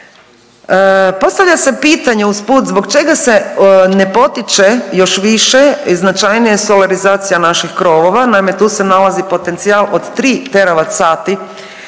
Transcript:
Postavlja se pitanje usput zbog čega se ne potiče još više i značajnije solarizacija naših krovova? Naime, tu se nalazi potencijal od 3 teravat sati